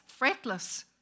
fretless